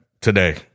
today